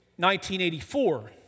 1984